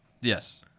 Yes